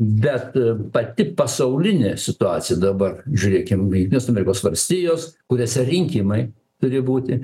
bet pati pasaulinė situacija dabar žiūrėkim jungtinės amerikos valstijos kuriose rinkimai turi būti